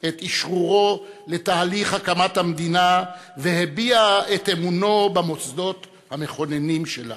את אשרורו לתהליך הקמת המדינה והביע את אמונו במוסדות המכוננים שלה.